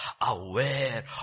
aware